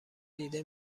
دیده